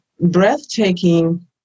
breathtaking